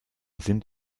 sind